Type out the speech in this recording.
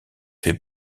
fait